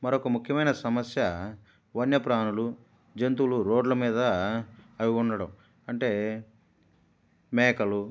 మరొక ముఖ్యమైన సమస్య వన్య ప్రాణులు జంతువులు రోడ్ల మీద అవి ఉండడం అంటే మేకలు